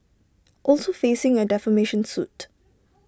also facing A defamation suit